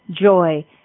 joy